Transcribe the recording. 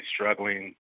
struggling